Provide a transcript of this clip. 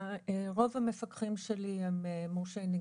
רוב המפקחים שלי הם מורשי נגישות.